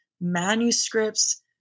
manuscripts